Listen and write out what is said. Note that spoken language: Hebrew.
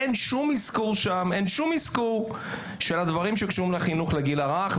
אין שום אזכור של הדברים שקשורים לחינוך לגיל הרך,